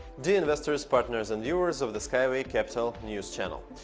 dear investors, partners and viewers of the sky way capital news channel!